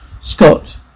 scott